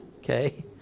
okay